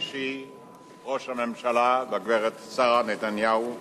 אישי ראש הממשלה והגברת שרה נתניהו,